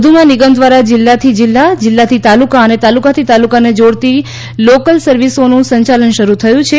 વધુમાં નિગમ દ્વારા જીલ્લાથી જીલ્લા જીલ્લાથી તાલુકા અને તાલુકાથી તાલુકાને જોડતી લોકલ સર્વિસોનું સંચાલન શરૂ થયું છે